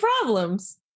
problems